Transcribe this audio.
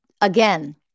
again